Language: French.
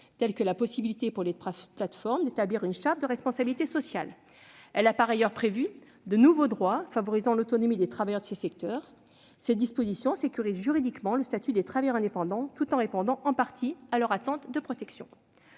telles que la possibilité pour les plateformes d'établir une charte de responsabilité sociale. Elle a par ailleurs prévu de nouveaux droits favorisant l'autonomie des travailleurs de ces secteurs. Ces dispositions sécurisent juridiquement le statut des travailleurs indépendants tout en répondant, en partie, à leur attente de protection.